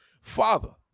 Father